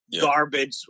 garbage